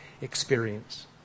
experience